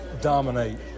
dominate